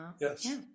Yes